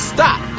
Stop